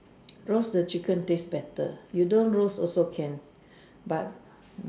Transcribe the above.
roast the chicken taste better you don't roast also can but